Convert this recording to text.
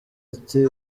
ati